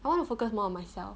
I want to focus more on myself